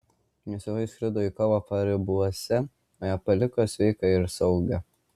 jos tėvai išskrido į kovą paribiuose o ją paliko sveiką ir saugią